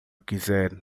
quiser